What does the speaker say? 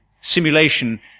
simulation